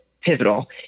pivotal